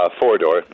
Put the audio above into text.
Four-door